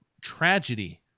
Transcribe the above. tragedy